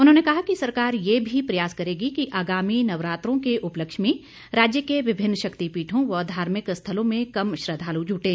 उन्होंने कहा कि सरकार यह भी प्रयास करेगी कि आगामी नवरात्रों के उपलक्ष्य में राज्य के विभिन्न शक्तिपीठों व धार्मिक स्थलों में कम श्रद्वालु जुटें